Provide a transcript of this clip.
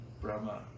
brahma